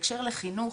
בהקשר לחינוך,